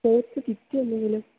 sports കിറ്റെന്തെങ്കിലും